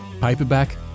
paperback